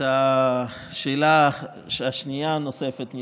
לשאלה הנוספת השנייה,